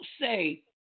say